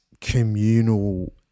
communal